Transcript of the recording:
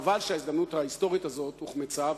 חבל שההזדמנות ההיסטורית הזו הוחמצה,